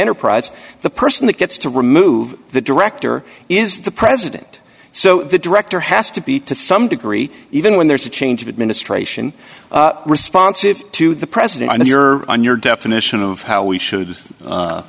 enterprise the person that gets to remove the director is the president so the director has to be to some degree even when there's a change of administration responsive to the president and you're on your definition of how we should